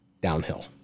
downhill